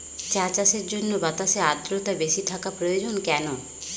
চা চাষের জন্য বাতাসে আর্দ্রতা বেশি থাকা প্রয়োজন কেন?